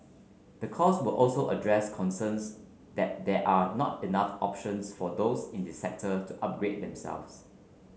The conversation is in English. the course will also address concerns that there are not enough options for those in the sector to upgrade themselves